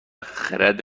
خرد